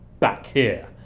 back here.